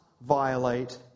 violate